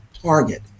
Target